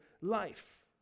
life